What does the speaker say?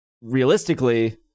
Realistically